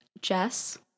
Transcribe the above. Jess